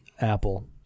Apple